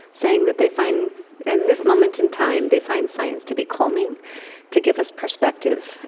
saying that they find in this moment in time, they find science to be calming to give us perspective.